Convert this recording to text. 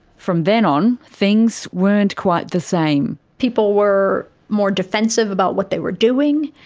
from then on things weren't quite the same. people were more defensive about what they were doing.